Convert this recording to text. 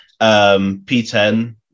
P10